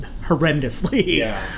horrendously